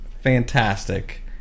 fantastic